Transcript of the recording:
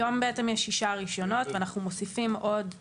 היום בעצם יש שישה רישיונות ואנחנו מוסיפים עוד רישיונות מעבר להם.